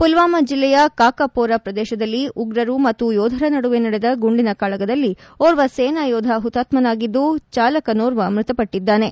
ಪುಲ್ಲಾಮಾ ಜಿಲ್ಲೆಯ ಕಾಕಪೋರಾ ಪ್ರದೇಶದಲ್ಲಿ ಉಗ್ರರು ಮತ್ತು ಯೋಧರ ನಡುವೆ ನಡೆದ ಗುಂಡಿನ ಕಾಳಗದಲ್ಲಿ ಓರ್ವ ಸೇನಾ ಯೋಧ ಹುತಾತ್ಮನಾಗಿದ್ದು ಚಾಲಕನೋರ್ವ ಮೃತಪಟ್ಟಿದ್ದಾನೆ